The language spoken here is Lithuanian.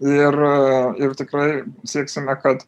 ir ir tikrai sieksime kad